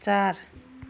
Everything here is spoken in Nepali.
चार